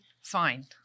fine